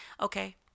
okay